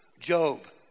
Job